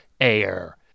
air